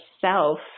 self